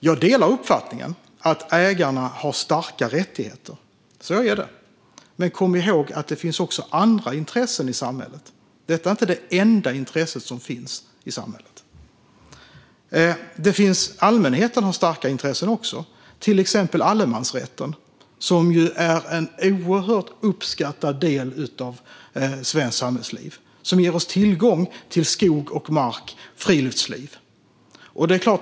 Jag delar uppfattningen att ägarna har starka rättigheter. Så är det. Men kom ihåg att det också finns andra intressen i samhället. Detta är inte det enda intresset som finns i samhället. Allmänheten har också starka intressen. Det gäller till exempel allemansrätten som är en oerhört uppskattad del av svenskt samhällsliv och som ger oss tillgång till friluftsliv i skog och mark.